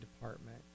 department